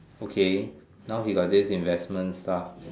okay now he got this investment stuff